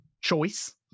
Choice